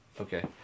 Okay